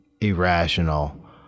irrational